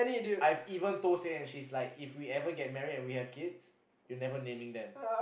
I even told say and she's like if we ever get married and we have kids you are never naming them